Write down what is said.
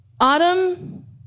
Autumn